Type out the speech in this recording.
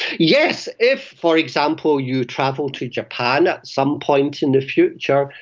yes. if, for example, you travel to japan at some point in the future,